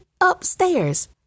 upstairs